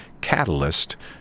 catalyst